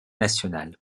nationales